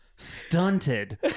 Stunted